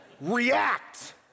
react